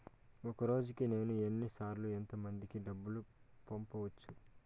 ఒక రోజుకి నేను ఎన్ని సార్లు ఎంత మందికి డబ్బులు పంపొచ్చు?